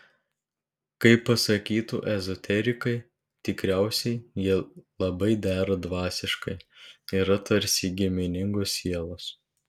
kaip pasakytų ezoterikai tikriausiai jie labai dera dvasiškai yra tarsi giminingos sielos